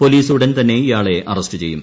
police ഉടൻ തന്നെ ഇയാളെ അറസ്റ്റ് ചെയ്യും